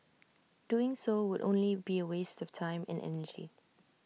doing so would only be A waste of time and energy